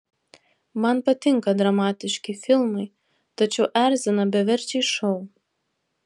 man patinka dramatiški filmai tačiau erzina beverčiai šou